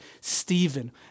Stephen